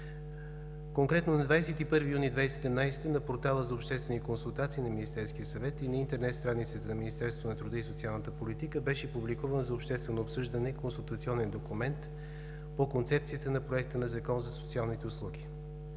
Конкретно: на 21 юни 2017 г. на портала за обществени консултации на Министерския съвет и на интернет страницата на Министерство на труда и социалната политика беше публикуван за обществено обсъждане консултационен документ по концепцията на Законопроекта за социалните услуги.